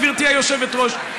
גברתי היושבת-ראש,